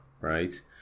right